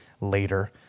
later